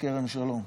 מכרם שלום.